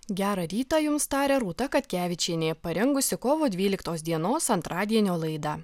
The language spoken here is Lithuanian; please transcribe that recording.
gero ryto jums tarė rūta katkevičienė parengusi kovo dvyliktos dienos antradienio laidą